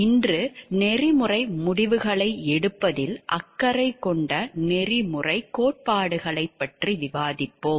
இன்று நெறிமுறை முடிவுகளை எடுப்பதில் அக்கறை கொண்ட நெறிமுறைக் கோட்பாடுகளைப் பற்றி விவாதிப்போம்